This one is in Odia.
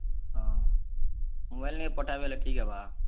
ହଁ ମୋବାଇଲ୍ନେ ପଠାବେ ବୋଇଲେ ଠିକ୍ ହେବା